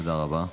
תודה רבה.